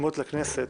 לכנסת,